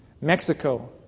Mexico